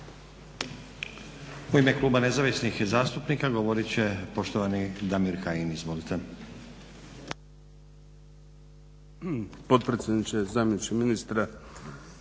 U ime Kluba Nezavisnih zastupnika govorit će poštovani Damir Kajin, izvolite.